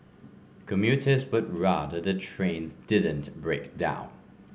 commuters would rather the trains didn't break down